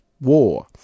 War